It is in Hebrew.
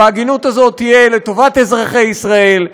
וההגינות הזאת תהיה לטובת אזרחי ישראל,